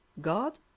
God